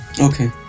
Okay